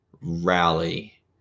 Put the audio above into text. rally